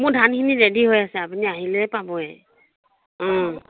মোৰ ধানখিনি ৰেদি হৈ আছে আপুনি আহিলেই পাবয়ে ও